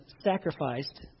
sacrificed